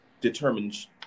determines